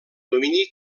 domini